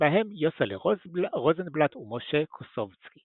בהם יוסלה רוזנבלט ומשה קוסוביצקי